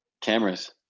cameras